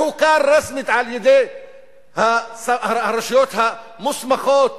והוכר רשמית על-ידי הרשויות המוסמכות